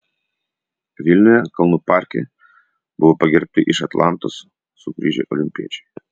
vilniuje kalnų parke buvo pagerbti iš atlantos sugrįžę olimpiečiai